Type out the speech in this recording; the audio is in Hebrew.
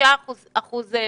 25% מאומתים.